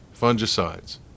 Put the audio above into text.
fungicides